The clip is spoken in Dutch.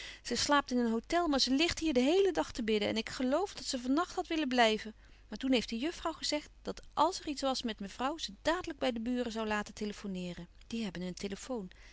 ze slaapt in een hôtel maar ze ligt hier den heelen dag te bidden en ik geloof dat ze van nacht had willen blijven maar toen heeft de juffrouw gezegd louis couperus van oude menschen de dingen die voorbij gaan dat àls er iets was met mevrouw ze dadelijk bij de buren zoû laten telefoneeren die hebben een telefoon